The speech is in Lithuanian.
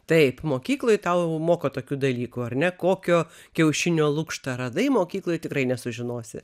taip mokykloj tau moko tokių dalykų ar ne kokio kiaušinio lukštą radai mokykloj tikrai nesužinosi